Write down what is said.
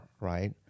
right